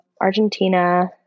Argentina